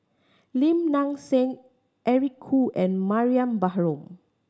Lim Nang Seng Eric Khoo and Mariam Baharom